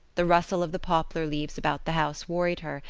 the rustle of the poplar leaves about the house worried her,